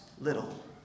little